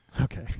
Okay